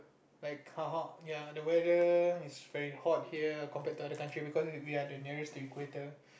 like how how ya the weather is very hot here compared to the other country because we are the nearest to the equator